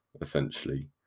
essentially